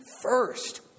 first